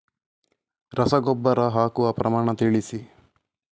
ರಸಗೊಬ್ಬರ ಹಾಕುವ ಪ್ರಮಾಣ ತಿಳಿಸಿ